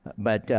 but